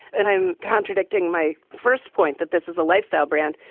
and i'm contradicting my first point that this is a lifestyle brand.